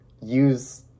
use